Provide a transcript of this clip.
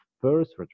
first